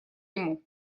ему